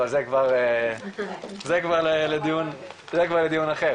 אבל זה כבר לדיון אחר.